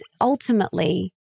ultimately